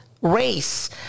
race